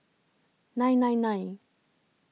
nine nine nine